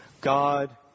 God